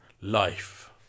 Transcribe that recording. life